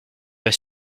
vas